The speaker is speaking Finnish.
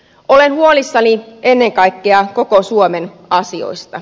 olen huolissani ennen kaikkea koko suomen asioista